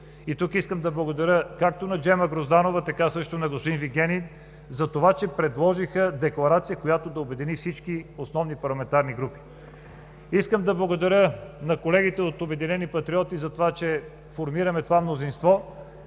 Тук искам да благодаря както на Джема Грозданова, така също и на господин Вигенин за това, че предложиха декларация, която да обедини всички основни парламентарни групи. Искам да благодаря на колегите от „Обединени патриоти“ за това, че формираме това мнозинство!